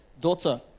daughter